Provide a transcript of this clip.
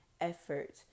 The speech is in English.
effort